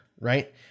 right